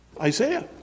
Isaiah